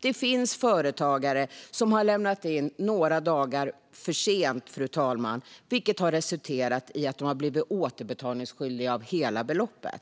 Det finns förtagare som har lämnat in några dagar för sent, fru talman, vilket har resulterat i att de har blivit återbetalningsskyldiga för hela beloppet.